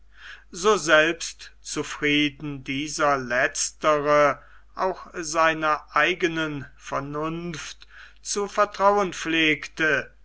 so selbstzufrieden dieser letztere auch seiner eigenen vernunft zu vertrauen pflegte